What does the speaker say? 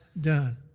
done